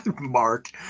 Mark